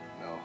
No